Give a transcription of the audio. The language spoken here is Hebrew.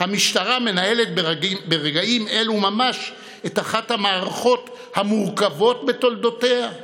המשטרה מנהלת ברגעים אלו ממש את אחת המערכות המורכבות בתולדותיה.